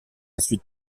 suite